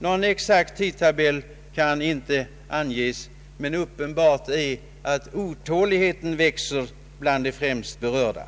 Någon exakt tidtabell kan inte anges, men uppenbart är att otåligheten växer bland de främst berörda.